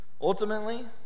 Ultimately